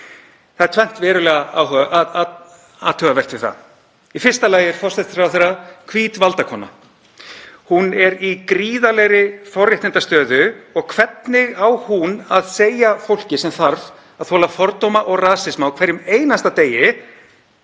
Það er tvennt verulega athugavert við það. Í fyrsta lagi er forsætisráðherra hvít valdakona, hún er í gríðarlegri forréttindastöðu og hvernig á hún að segja fólki sem þarf að þola fordóma og rasisma á hverjum einasta degi